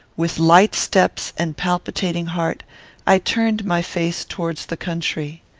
with light steps and palpitating heart i turned my face towards the country.